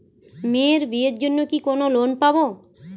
মেয়ের বিয়ের জন্য কি কোন লোন পাব?